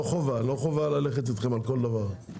לא חובה ללכת אתכם על כל דבר.